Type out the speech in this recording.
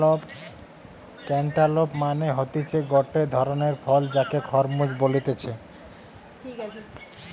cantaloupe মানে হতিছে গটে ধরণের ফল যাকে খরমুজ বলতিছে